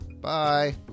Bye